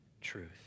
truth